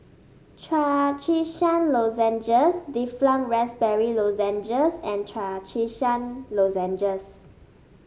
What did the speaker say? Trachisan Lozenges Difflam Raspberry Lozenges and Trachisan Lozenges